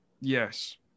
Yes